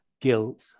guilt